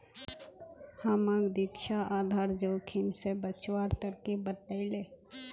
हमाक दीक्षा आधार जोखिम स बचवार तरकीब बतइ ले